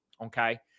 Okay